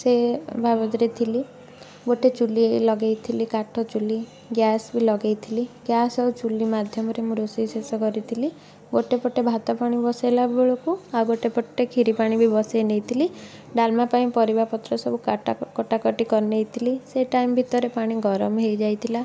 ସେ ବାବଦରେ ଥିଲି ଗୋଟେ ଚୂଲି ଲଗେଇଥିଲି କାଠ ଚୂଲି ଗ୍ୟାସ୍ ବି ଲଗେଇଥିଲି ଗ୍ୟାସ୍ ଆଉ ଚୂଲି ମାଧ୍ୟମରେ ମୁଁ ରୋଷେଇ ଶେଷ କରିଥିଲି ଗୋଟେ ପଟେ ଭାତ ପାଣି ବସେଇଲା ବେଳକୁ ଆଉ ଗୋଟେ ପଟେ କ୍ଷୀରି ପାଣି ବି ବସେଇ ନେଇଥିଲି ଡ଼ାଲମା ପାଇଁ ପରିବା ପତ୍ର ସବୁ କାଟା କଟାକଟି କରିନେଇଥିଲି ସେ ଟାଇମ୍ ଭିତରେ ପାଣି ଗରମ ହୋଇଯାଇଥିଲା